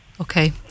Okay